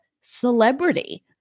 celebrity